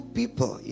people